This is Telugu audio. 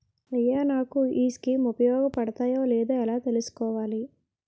అయ్యా నాకు ఈ స్కీమ్స్ ఉపయోగ పడతయో లేదో ఎలా తులుసుకోవాలి?